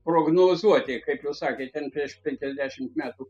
prognozuoti kaip jūs sakėt ten prieš penkiasdešimt metų